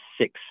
six